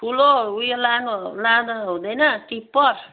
ठुलो ऊ यो लानु लाँदा हुँदैन टिपर